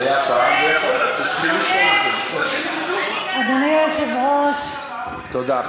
היה פעם, אדוני היושב-ראש, תודה.